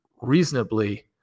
reasonably